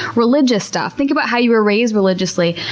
religious stuff think about how you were raised religiously,